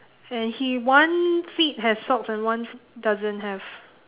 and he one feet have socks and one doesn't have